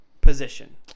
position